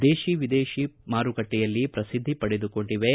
ದೇಶವಿದೇಶ ಮಾರುಕಟ್ಟೆಯಲ್ಲಿ ಪ್ರಭದ್ದಿ ಪಡೆದುಕೊಂಡಿವೆ